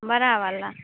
बड़ा वाला